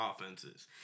offenses